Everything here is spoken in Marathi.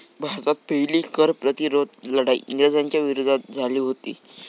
भारतात पहिली कर प्रतिरोध लढाई इंग्रजांच्या विरोधात झाली हुती